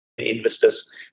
investors